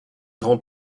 grand